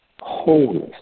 wholeness